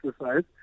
exercise